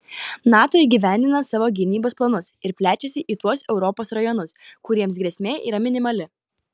nato įgyvendina savo gynybos planus ir plečiasi į tuos europos rajonus kuriems grėsmė yra minimali